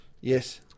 Yes